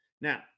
Now